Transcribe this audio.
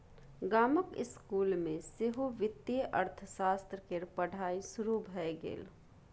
गामक इसकुल मे सेहो वित्तीय अर्थशास्त्र केर पढ़ाई शुरू भए गेल